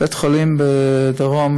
בית-חולים בדרום